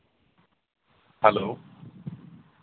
hello